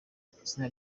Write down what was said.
itsinda